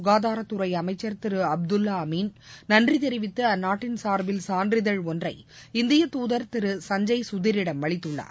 ககாதாரத்துறைஅமைச்சர் திருஅப்துல்லாஅமின் நன்றிதெரிவித்துஅந்நாட்டின் சார்பில் சான்றிதழ் மாலத்தீவு ஒன்றை இந்திய தூதர் திரு சஞ்சய் கதிரிடம் அளித்துள்ளார்